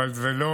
אבל זה לא